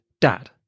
Dad